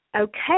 okay